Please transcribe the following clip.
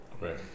right